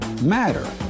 matter